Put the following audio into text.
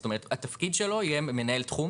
זאת אומרת התפקיד שלו יהיה מנהל תחום